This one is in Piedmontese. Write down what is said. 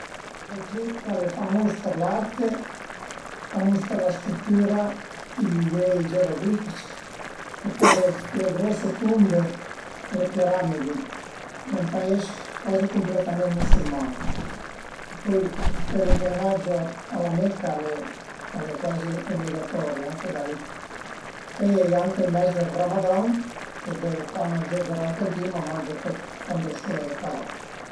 Le bestie strane che l'ai vist ün di al era apunto cuand eru andait ën muntagna, d'üzlas enormi cun dë grosi bech e cun d'ali enormi piegà ën dui ch'a vulavu zua la mia testa e pöi andazìu puzese ën sima a le roche e a s'bütavu la tüti imobil, a zmìavu dë statue